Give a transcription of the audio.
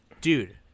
Dude